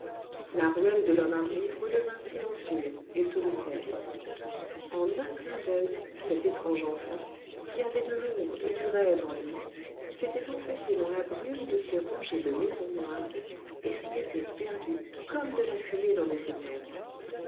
la ruelle de lhomme armé redevint silencieuse et solitaire en un clin d'oeil cet étrange enfant qui avait de l'ombre et du rêve en lui s'était enfoncé dans la brume de ces rangées de maisons noires et s'y était perdu comme de la fumée dans des ténèbres